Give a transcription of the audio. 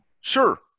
Sure